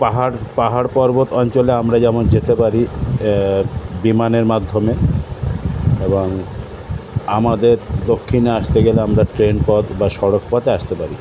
পাহাড় পাহাড় পর্বত অঞ্চলে আমরা যেমন যেতে পারি বিমানের মাধ্যমে এবং আমাদের দক্ষিণে আসতে গেলে আমরা ট্রেন পথ বা সড়ক পথে আসতে পারি